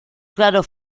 claro